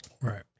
Right